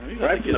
Right